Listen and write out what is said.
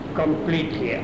completely